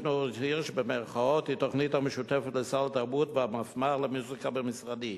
שהיא תוכנית המשותפת לסל תרבות והמפמ"ר למוזיקה במשרדי,